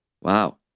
Wow